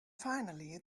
finally